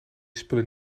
spullen